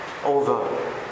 over